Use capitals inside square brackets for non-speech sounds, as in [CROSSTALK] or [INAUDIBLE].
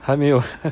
还没有 [LAUGHS]